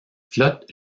flotte